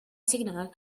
signal